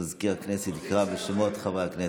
מזכיר הכנסת יקרא בשמות חברי הכנסת,